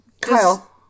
kyle